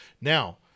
Now